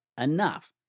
enough